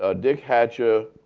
ah dick hatcher,